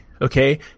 Okay